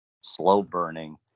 slow-burning